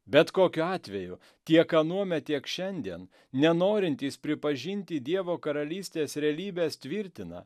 bet kokiu atveju tiek anuomet tiek šiandien nenorintys pripažinti dievo karalystės realybės tvirtina